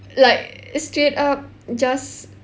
like straight up just